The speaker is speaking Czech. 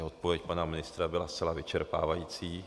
Odpověď pana ministra byla zcela vyčerpávající.